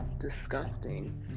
disgusting